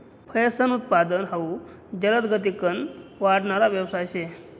फयेसनं उत्पादन हाउ जलदगतीकन वाढणारा यवसाय शे